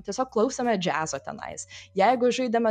tiesiog klausėme džiazo tenais jeigu žaidėme